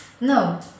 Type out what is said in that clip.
no